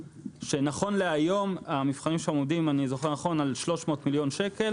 שנכון להיום עומדים על 300 מיליון שקל.